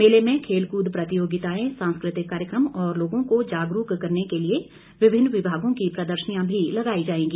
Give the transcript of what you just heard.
मेले में खेल कूद प्रतियोगिताएं सांस्कृति कार्यक्रम और लोगों को जागरूक करने के लिए विभिन्न विभागों की प्रदर्शिनियां भी लगाई जाएगी